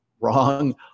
wrong